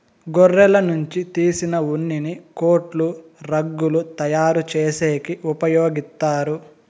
గొర్రెల నుంచి తీసిన ఉన్నిని కోట్లు, రగ్గులు తయారు చేసేకి ఉపయోగిత్తారు